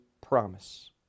promise